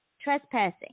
trespassing